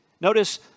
notice